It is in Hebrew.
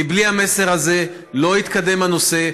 כי בלי המסר הזה לא יתקדם הנושא,